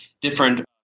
different